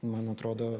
man atrodo